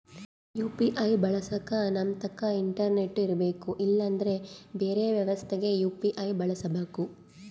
UPI ಬಳಸಕ ನಮ್ತಕ internet ಇರರ್ಬೆಕು ಇಲ್ಲಂದ್ರ ಬೆರೆ ವ್ಯವಸ್ಥೆಗ ಯು.ಪಿ.ಐ ಬಳಸಬಕು